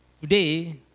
Today